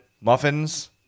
muffins